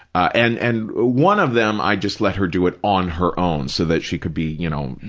and and ah one of them, i just let her do it on her own so that she could be, you know,